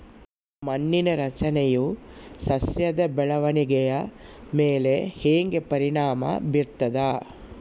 ಮಣ್ಣಿನ ರಚನೆಯು ಸಸ್ಯದ ಬೆಳವಣಿಗೆಯ ಮೇಲೆ ಹೆಂಗ ಪರಿಣಾಮ ಬೇರ್ತದ?